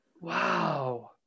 wow